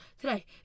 Today